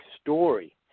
story